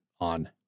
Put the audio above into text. on